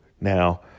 now